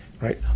right